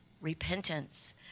repentance